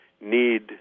need